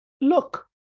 look